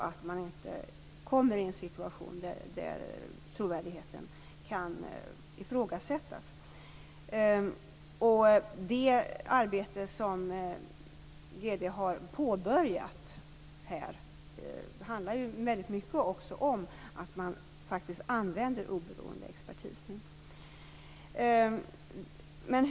Det arbete som generaldirektören har påbörjat i det här sammanhanget handlar också mycket om just användandet av oberoende expertis.